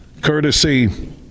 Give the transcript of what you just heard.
courtesy